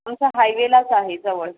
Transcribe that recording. आमचं हायवेलाच आहे जवळ